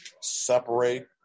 separate